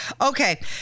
Okay